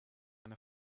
eine